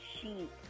sheep